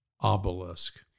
obelisk